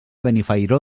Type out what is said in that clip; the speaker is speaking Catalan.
benifairó